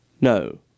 No